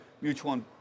mutual